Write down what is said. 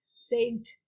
Saint